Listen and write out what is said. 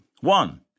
One